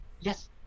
yes